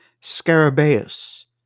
scarabaeus